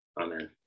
Amen